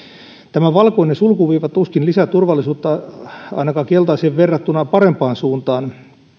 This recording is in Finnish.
tämä valkoinen sulkuviiva tuskin lisää turvallisuutta ainakaan keltaiseen verrattuna parempaan suuntaan